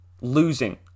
losing